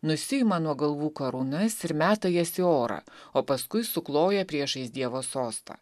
nusiima nuo galvų karūnas ir meta jas į orą o paskui sukloja priešais dievo sostą